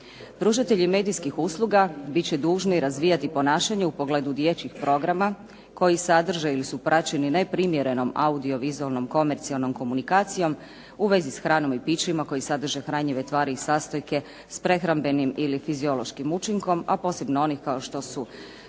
Pružatelji medijskih usluga bit će dužni razvijati ponašanje u pogledu dječjih programa, koji sadrže ili su praćeni neprimjerenom audiovizualnom komercijalnom komunikacijom u vezi s hranom i pićima koji sadrže hranjive tvari i sastojke s prehrambenim ili fiziološkim učinkom, a posebno onih kao što su